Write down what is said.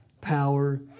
power